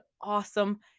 awesome